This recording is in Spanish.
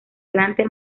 delante